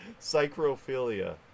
Psychrophilia